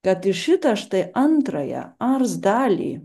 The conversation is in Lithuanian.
kad šitą štai antrąją ars dalį